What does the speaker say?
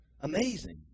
Amazing